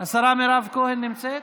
השרה מירב כהן נמצאת?